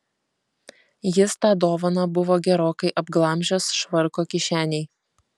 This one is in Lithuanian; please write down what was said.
jis tą dovaną buvo gerokai apglamžęs švarko kišenėj